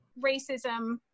racism